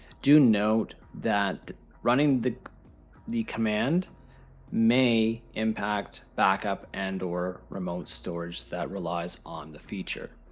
do note that running the the command may impact backup and or remote storage that relies on the feature.